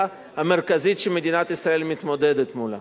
המרכזית שמדינת ישראל מתמודדת מולה.